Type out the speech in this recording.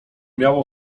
miał